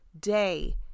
day